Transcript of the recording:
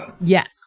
Yes